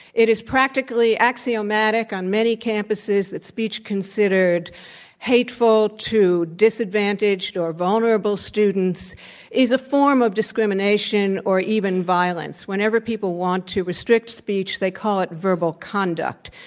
it is practically axiomatic on many campuses that speech considered hateful to disadvantaged or vulnerable students is a form of discrimination or even violence. whenever people want to restrict speech, they call it verbal conduct.